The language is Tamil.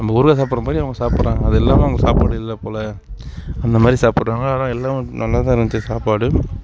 நம்ம ஊறுகாய் சாப்பிட்ற மாதிரி அவங்க சாப்பிட்றாங்க அது இல்லாமல் அவங்க சாப்பாடு இல்லை போல் அந்த மாதிரி சாப்பிட்றாங்க ஆனால் எல்லாம் நல்லாதான் இருந்துச்சு சாப்பாடு